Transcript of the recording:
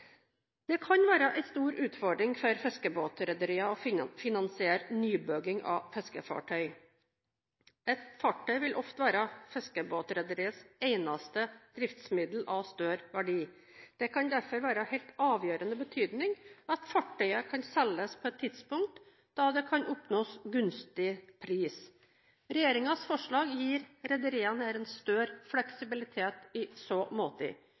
Det kan være en stor utfordring for fiskebåtrederier å finansiere nybygging av fiskefartøy. Et fartøy vil ofte være fiskebåtrederiets eneste driftsmiddel av større verdi. Det kan derfor være av helt avgjørende betydning at fartøyet kan selges på et tidspunkt da det kan oppnås gunstig pris. Regjeringens forslag gir her rederiene en større fleksibilitet i så måte